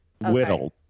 Whittled